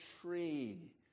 tree